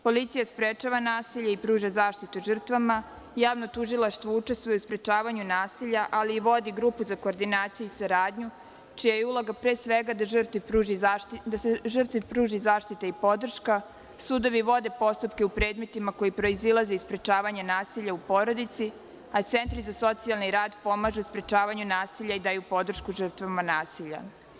Policija sprečava nasilje i pruža zaštitu žrtvama, Javno tužilaštvo učestvuje u sprečavanju nasilja, ali vodi i grupu za koordinaciju i saradnju, čija je uloga, pre svega, da se žrtvi pruži zaštita i podrška, sudovi vode postupke u predmetima koji proizilaze iz sprečavanja nasilja porodici, a centri za socijalni rad pomažu u sprečavanju nasilja i daju podršku žrtvama nasilja.